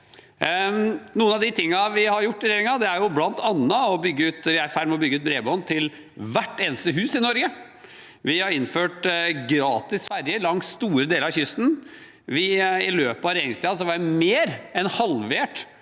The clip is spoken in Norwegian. Noen av de tingene vi har gjort i regjeringen, er bl.a. at vi er i ferd med å bygge ut bredbånd til hvert eneste hus i Norge, vi har innført gratis ferje langs store deler av kysten, og i løpet av regjeringstiden har vi mer enn halvert